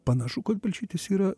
panašu kad balčytis yra